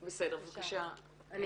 בבקשה.